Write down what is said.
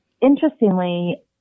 interestingly